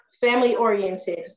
Family-oriented